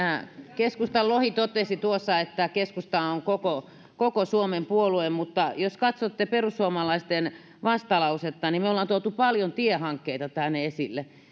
keskustan lohi totesi tuossa että keskusta on koko koko suomen puolue mutta jos katsotte perussuomalaisten vastalausetta niin me olemme tuoneet paljon tiehankkeita esille